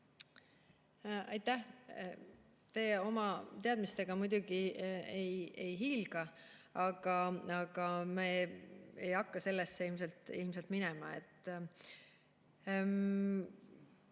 Aitäh! Teie oma teadmistega muidugi ei hiilga, aga me ei hakka sellesse [teemasse]